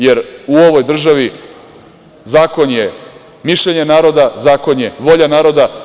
Jer, u ovoj državi zakon je mišljenje naroda, zakon je volja naroda.